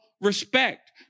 respect